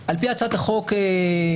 על פי הצעת החוק שקיימת,